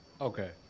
Okay